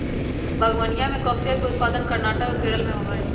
बागवनीया में कॉफीया के उत्पादन कर्नाटक और केरल में होबा हई